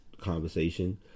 conversation